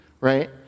right